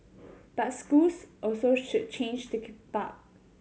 but schools also should change to keep up